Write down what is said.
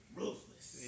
ruthless